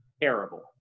terrible